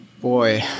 boy